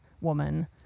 woman